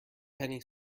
penny